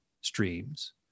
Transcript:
streams